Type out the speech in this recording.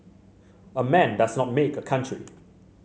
a man does not make a country